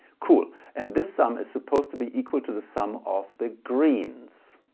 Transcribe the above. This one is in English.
cool and this sum is supposed to be equal to the sum of the greens.